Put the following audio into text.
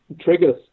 triggers